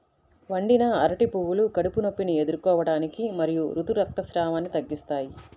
వండిన అరటి పువ్వులు కడుపు నొప్పిని ఎదుర్కోవటానికి మరియు ఋతు రక్తస్రావాన్ని తగ్గిస్తాయి